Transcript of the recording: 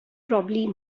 probably